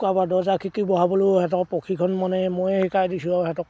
কাৰোবাৰ দৰ্জা খিৰিকী বহাবলৈও সিহঁতক প্ৰশিক্ষণ মনে ময়ে শিকাই দিছোঁ আৰু সিহঁতক